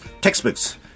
textbooks